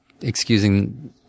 excusing